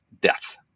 death